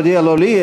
הודיע לא לי,